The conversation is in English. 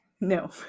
No